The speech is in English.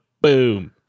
boom